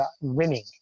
winning